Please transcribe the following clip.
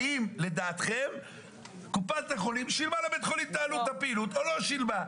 האם לדעתכם קופת החולים שילמה לבית החולים את עלות הפעילות או לא שילמה.